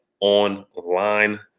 Online